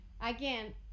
again